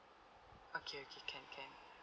okay okay can can